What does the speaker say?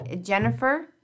Jennifer